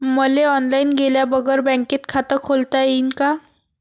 मले ऑनलाईन गेल्या बगर बँकेत खात खोलता येईन का?